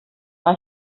war